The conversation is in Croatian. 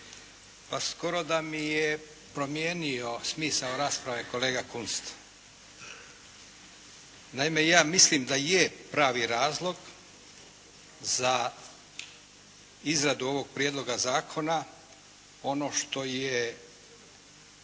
Pa skoro da mi je promijenio smisao rasprave kolega Kunst. Naime, ja mislim da je pravi razlog za izradu ovog prijedloga zakona ono što je